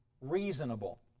reasonable